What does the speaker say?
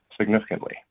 significantly